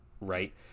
right